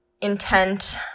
intent